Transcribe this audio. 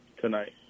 tonight